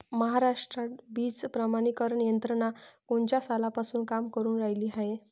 महाराष्ट्रात बीज प्रमानीकरण यंत्रना कोनच्या सालापासून काम करुन रायली हाये?